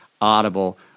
Audible